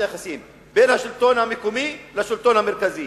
היחסים בין השלטון המקומי לשלטון המרכזי.